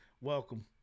welcome